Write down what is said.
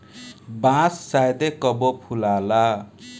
बांस शायदे कबो फुलाला